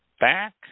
Back